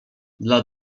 dla